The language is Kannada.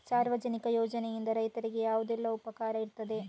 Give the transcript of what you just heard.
ಸಾರ್ವಜನಿಕ ಯೋಜನೆಯಿಂದ ರೈತನಿಗೆ ಯಾವುದೆಲ್ಲ ಉಪಕಾರ ಇರ್ತದೆ?